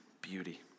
beauty